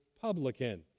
publican